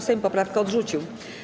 Sejm poprawkę odrzucił.